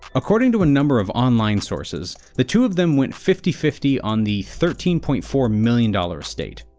according to a number of online sources, the two of them went fifty fifty on the thirteen point four million dollars estate,